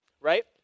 Right